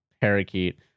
parakeet